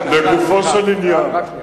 לגופו של עניין,